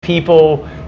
People